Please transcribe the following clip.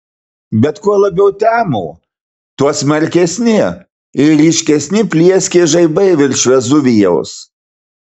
bet kuo labiau temo tuo smarkesni ir ryškesni plieskė žaibai virš vezuvijaus